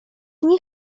nie